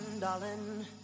darling